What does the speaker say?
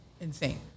insane